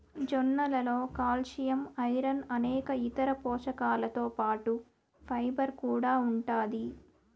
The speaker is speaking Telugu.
జొన్నలలో కాల్షియం, ఐరన్ అనేక ఇతర పోషకాలతో పాటు ఫైబర్ కూడా ఉంటాది